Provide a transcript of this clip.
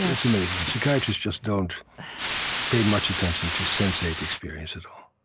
yeah it's amazing. psychiatrists just don't pay much attention to sensate experience at all